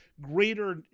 greater